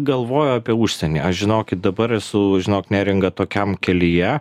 galvoju apie užsienį aš žinokit dabar esu žinok neringa tokiam kelyje